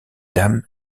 dames